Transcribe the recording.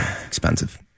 expensive